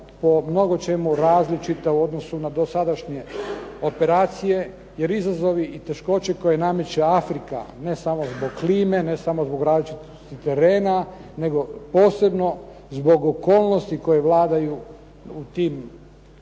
po mnogo čemu različita u odnosu na dosadašnje operacije jer izazovi i teškoće koje nameće Afrika, ne samo zbog klime, ne samo zbog različitosti terena nego posebno zbog okolnosti koje vladaju u tim državama